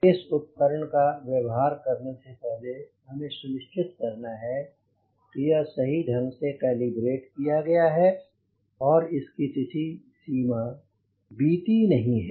इस उपकरण का व्यवहार करने से पहले हमें सुनिश्चित करना है कि यह सही ढंग से कैलीबरेट किया गया है और इसकी तिथि सीमा बीपी नहीं है